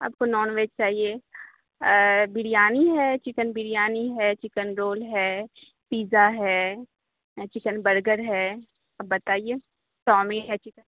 آپ کو non veg چاہیے بریانی ہے چکن بریانی ہے چکن رول ہے پیتزا ہے چکن برگر ہے اب بتائیے چاؤمین ہے چکن